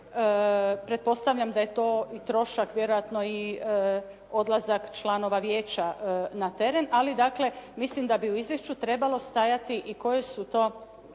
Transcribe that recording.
Pretpostavljam da je to i trošak vjerojatno i odlazak članova vijeća na teren, ali dakle mislim da bi u izvješću trebalo stajati i koje su to